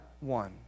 one